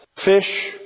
fish